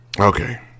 Okay